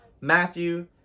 Matthew